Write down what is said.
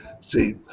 See